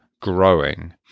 growing